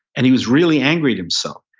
and he was really angry at himself.